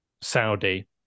Saudi